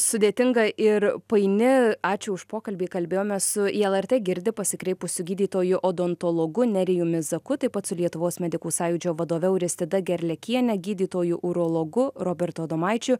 sudėtinga ir paini ačiū už pokalbį kalbėjomės su į lrt girdi pasikreipusiu gydytoju odontologu nerijumi zaku taip pat su lietuvos medikų sąjūdžio vadove auristida gerliakiene gydytoju urologu robertu adomaičiu